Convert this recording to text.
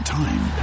time